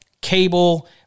cable